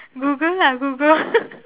google lah google